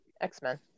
X-Men